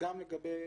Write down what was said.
כשלעצמו גם לגבי